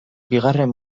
bigarren